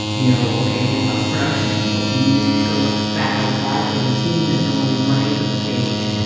you know, ok, from like a production angle. do we need to go back outside for the scene? that's only one eighth of a page.